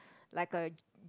like a